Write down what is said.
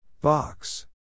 Box